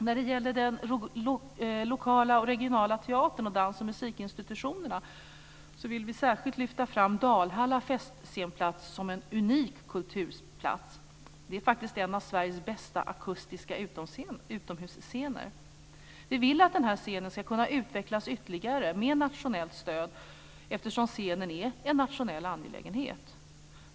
När det gäller den lokala och regionala teatern och dans och musikinstitutionerna vill vi särskilt lyfta fram Dalhalla festscenplats som en unik kulturplats. Det är faktiskt en av Sveriges akustiskt sett bästa utomhusscener. Vi vill att denna scen ska kunna utvecklas ytterligare med nationellt stöd, eftersom den är en nationell angelägenhet.